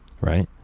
right